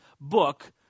book